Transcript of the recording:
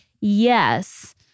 yes